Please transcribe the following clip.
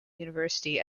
university